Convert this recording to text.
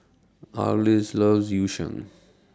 Arlis loves Yu Sheng